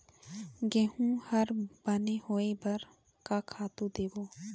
गेहूं हर बने होय बर का खातू देबो?